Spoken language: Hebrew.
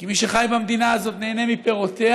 כי מי שחי במדינה הזאת ונהנה מפירותיה,